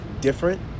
different